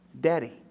Daddy